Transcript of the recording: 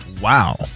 Wow